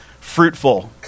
fruitful